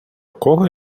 кого